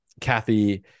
Kathy